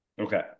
Okay